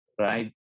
right